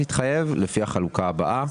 לפי החלוקה הבאה: